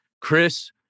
Chris